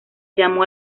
llamó